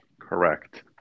Correct